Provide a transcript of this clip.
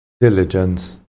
diligence